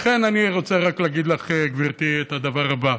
לכן אני רוצה רק להגיד לך, גברתי, את הדבר הבא: